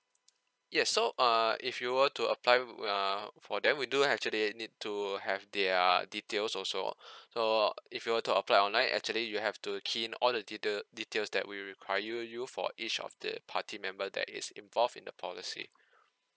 yes so uh if you were to apply w~ uh for them we do have actually need to have their details also so if you were to apply online actually you have to key in all the detail details that we will require you for each of the party member that is involved in the policy